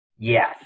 Yes